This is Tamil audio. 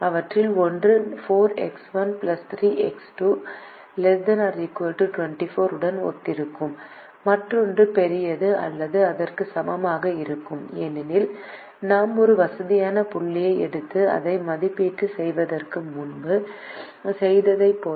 அவற்றில் ஒன்று 4X1 3X2 ≤ 24 உடன் ஒத்திருக்கும் மற்றொன்று பெரியது அல்லது அதற்கு சமமானதாக இருக்கும் ஏனெனில் நாம் ஒரு வசதியான புள்ளியை எடுத்து அதை மதிப்பீடு செய்வதற்கு முன்பு செய்ததைப் போல